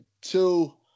two